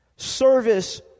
service